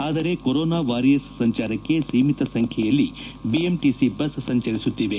ಆದರೆ corona warriors ಸಂಚಾರಕ್ಕೆ ಸೀಮಿತ ಸಂಖ್ಯೆಯಲ್ಲಿ ಬಿಎಂಟಿಸಿ ಬಸ್ ಸಂಚರಿಸುತ್ತಿವೆ